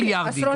עשרות מיליארדים.